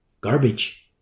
Garbage